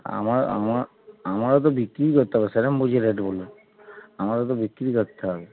আমার আমার আমারও তো বিক্রি করতে হবে সেরকম বুঝে রেট বলুন আমারও তো বিক্রি করতে হবে